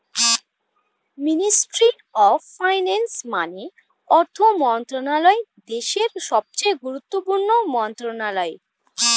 ministry of finance মানে অর্থ মন্ত্রণালয় দেশের সবচেয়ে গুরুত্বপূর্ণ মন্ত্রণালয়